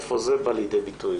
איפה זה בא לידי ביטוי.